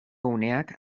uneak